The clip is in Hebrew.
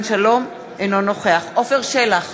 אינו נוכח עפר שלח,